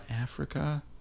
Africa